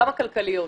גם הכלכליות.